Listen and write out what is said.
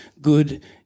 good